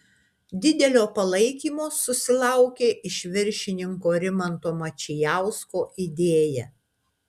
didelio palaikymo susilaukė iš viršininko rimanto mačijausko idėja